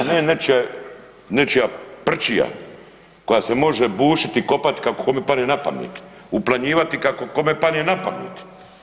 A ne nečija prčija, koja se može bušit i kopat kako kome padne na pamet uplanjivat kako kome padne napamet.